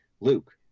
Luke